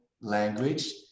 language